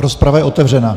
Rozprava je otevřena.